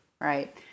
Right